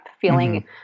feeling